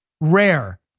rare